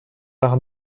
par